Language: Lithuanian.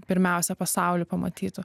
pirmiausia pasaulį pamatytų